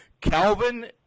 Calvin